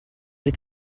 est